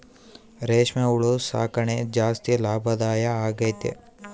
ರೇಷ್ಮೆ ಹುಳು ಸಾಕಣೆ ಜಾಸ್ತಿ ಲಾಭದಾಯ ಆಗೈತೆ